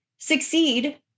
Succeed